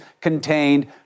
contained